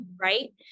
Right